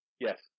Yes